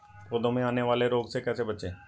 पौधों में आने वाले रोग से कैसे बचें?